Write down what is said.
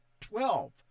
twelve